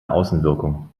außenwirkung